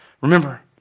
Remember